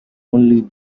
only